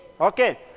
Okay